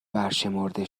برشمرده